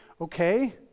Okay